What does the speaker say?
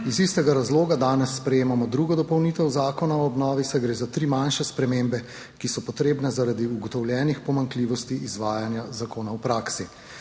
iz istega razloga danes sprejemamo drugo dopolnitev Zakona o obnovi, saj gre za tri manjše spremembe, ki so potrebne zaradi ugotovljenih pomanjkljivosti izvajanja zakona v praksi.